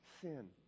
sin